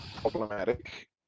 problematic